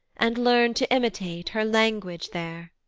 and learn to imitate her language there.